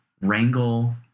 wrangle